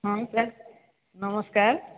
ହଁ ସାର୍ ନମସ୍କାର